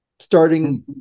Starting